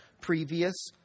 previous